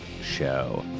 show